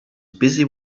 busy